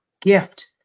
gift